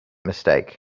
mistake